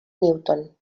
newton